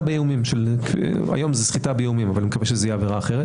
באיומים - היום זה סחיטה באיומים אבל אני מקווה שזאת תהיה עבירה אחרת